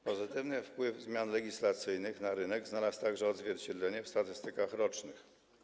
Pozytywny wpływ zmian legislacyjnych na rynek znalazł także odzwierciedlenie w statystykach rocznych.